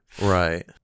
Right